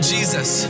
Jesus